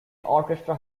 orchestra